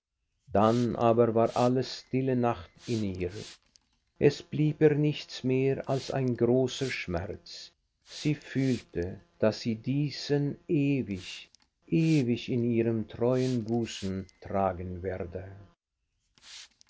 dann aber war alles stille nacht in ihr es blieb ihr nichts mehr als ein großer schmerz sie fühlte daß sie diesen ewig ewig in ihrem treuen busen tragen werde